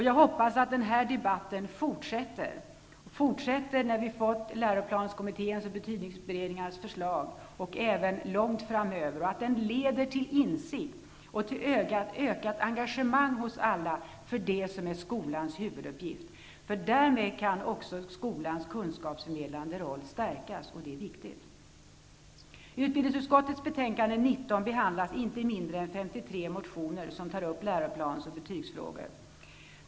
Jag hoppas att den här debatten fortsätter när vi har fått läroplanskommitténs och betygsberedningens förslag, även långt framöver, och att den leder till insikt och ökat engagemang hos alla för det som är skolans huvuduppgift. Därmed kan också skolans kunskapsförmedlande roll stärkas, och det är viktigt. I utbildningsutskottets betänkande 19 behandlas inte mindre än 53 motioner, där det tas upp läroplans och betygsfrågor.